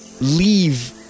leave